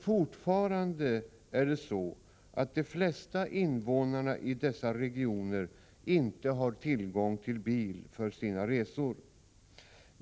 Fortfarande är det emellertid så att de flesta invånare i dessa regioner inte har tillgång till bil för sina resor.